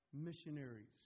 missionaries